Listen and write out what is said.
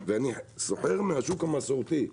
ואני סוחר מהשוק המסורתי,